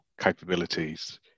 capabilities